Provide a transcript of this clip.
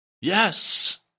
Yes